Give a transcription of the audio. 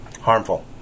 harmful